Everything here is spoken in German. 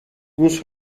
muss